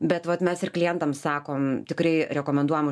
bet vat mes ir klientams sakom tikrai rekomenduojam